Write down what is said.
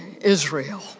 Israel